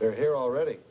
there already